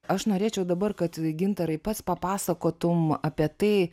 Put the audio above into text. aš norėčiau dabar kad gintarai pats papasakotum apie tai